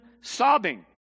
sobbing